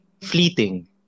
fleeting